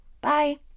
Bye